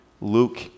Luke